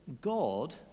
God